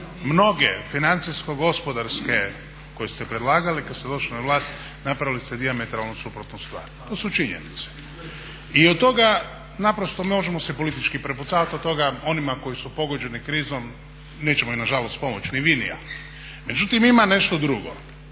mnoge financijsko-gospodarske koje ste predlagali kad ste došli na vlast napravili ste dijametralno suprotnu stvar. To su činjenice i od toga naprosto možemo se politički prepucavat, od toga onima koji su pogođeni krizom nećemo im nažalost pomoć ni vi ni ja. Međutim, ima nešto drugo.